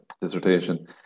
dissertation